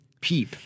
Peep